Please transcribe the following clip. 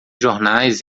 jornais